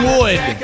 Wood